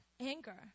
anger